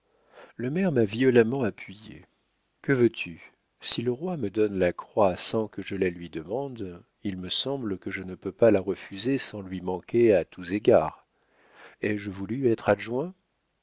le maire m'a violemment appuyé que veux-tu si le roi me donne la croix sans que je la lui demande il me semble que je ne peux la refuser sans lui manquer à tous égards ai-je voulu être adjoint